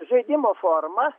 žaidimo forma